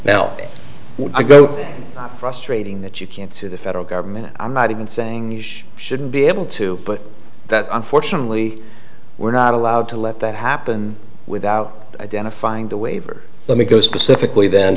now i go frustrating that you can't sue the federal government i'm not even saying huge should be able to but that unfortunately we're not allowed to let that happen without identifying the waiver let me go specifically then